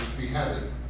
beheaded